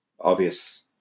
obvious